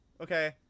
okay